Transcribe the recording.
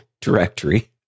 directory